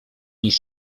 niż